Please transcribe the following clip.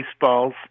baseballs